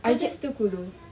I just